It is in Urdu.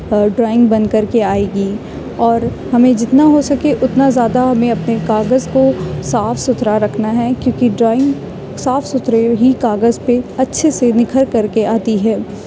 ڈرائنگ بن کر کے آئے گی اور ہمیں جتنا ہو سکے اتنا زیادہ ہمیں اپنے کاغذ کو صاف ستھرا رکھنا ہے کیوںکہ ڈرائنگ صاف ستھرے ہی کاغذ پہ اچھے سے نکھر کر کے آتی ہے